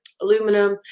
aluminum